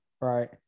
Right